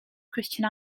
christian